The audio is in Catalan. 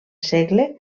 segle